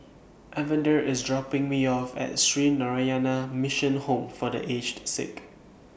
Evander IS dropping Me off At Sree Narayana Mission Home For The Aged Sick